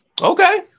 Okay